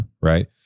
right